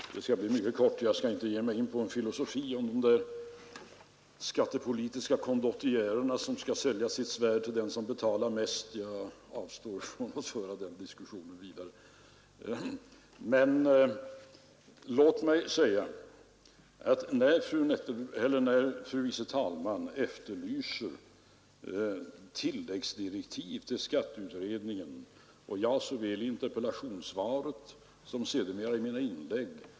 Herr talman! Mitt inlägg skall bli mycket kort. Jag skall inte ge mig in på en filosofi om de skattepolitiska kondottiärerna, som skall sälja sitt svärd till den som betalar mest jag avstår ifrån att föra den diskussionen vidare. Fru vice talmannen efterlyser tilläggsdirektiv till skatteutredningen.